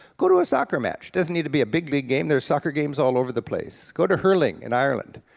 go to a soccer match. doesn't need to be a big league game, there are soccer games all over the place. go to hurling in ireland,